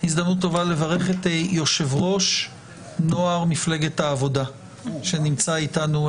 הזדמנות טובה לברך את יושב-ראש נוער מפלגת העבודה שנמצא איתנו,